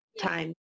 time